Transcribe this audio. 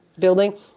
building